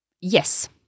Yes